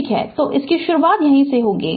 तो इसकी शुरुआत यहीं से होगी